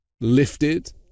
lifted